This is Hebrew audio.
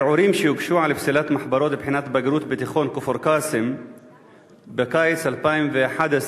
ערעורים שהוגשו על פסילת מחברות בחינת בגרות בתיכון כפר-קאסם בקיץ 2011,